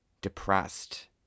depressed